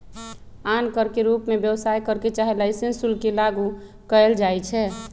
आन कर के रूप में व्यवसाय कर चाहे लाइसेंस शुल्क के लागू कएल जाइछै